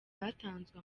batanzwe